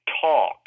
talk